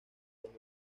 los